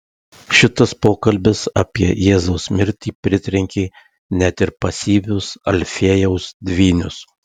šitas pokalbis apie jėzaus mirtį pritrenkė net ir pasyvius alfiejaus dvynius